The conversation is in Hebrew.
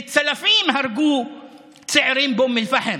צלפים הרגו צעירים באום אל-פחם.